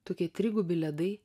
tokie trigubi ledai